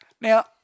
now